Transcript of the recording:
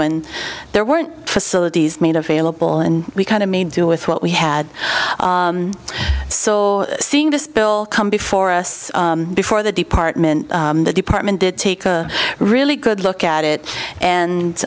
when there weren't facilities made available and we kind of made do with what we had so seeing this bill come before us before the department the department did take a really good look at it